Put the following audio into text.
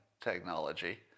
technology